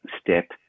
step